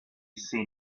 seen